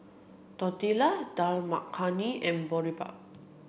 Tortillas Dal Makhani and Boribap